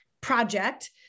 project